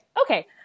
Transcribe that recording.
Okay